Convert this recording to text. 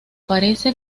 parece